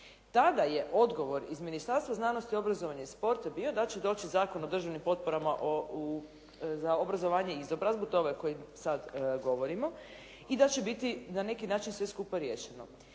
Tada je odgovor iz Ministarstva znanosti, obrazovanja i sporta bio da će doći Zakon o državnim potporama za obrazovanje i izobrazbu, to je ovaj koji sad govorimo, i da će biti na neki način sve skupa riješeno.